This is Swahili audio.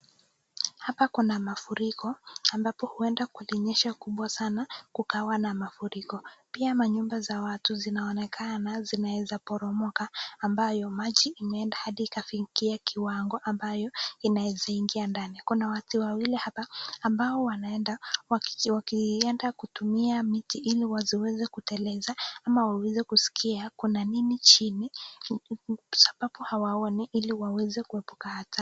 Hapa kuna mafuriko, ambapo huenda kulinyesha kubwa sanaa kukawa na mafuriko. Pia manyumba za watu zinaonekana zinaweza poromoka ambayo maji imeenda hadi ikafikia kiwango ambayo inaeza ingia ndani. Kuna watu wawili hapa ambao wanaenda, wakienda kutumia miti ili wasiweze kuteleza ama waweze kuskia kuna nini chini sababu hawaoni ili waweze kuepuka hatari.